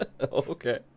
Okay